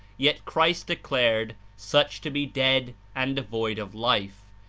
yet christ declared such to be dead and devoid of life,